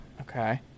Okay